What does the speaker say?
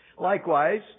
Likewise